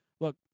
Look